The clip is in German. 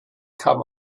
kam